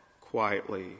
quietly